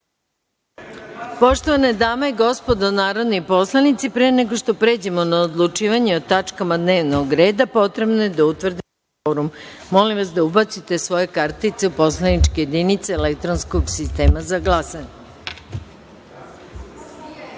glasanje. Poštovane dame i gospodo narodni poslanici, pre nego što pređemo na odlučivanje o tačkama dnevnog reda potrebno je da utvrdimo kvorum. Molim vas da ubacite svoje kartice u poslaničke jedinice elektronskog sistema za